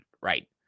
right